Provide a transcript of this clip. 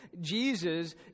Jesus